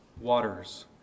waters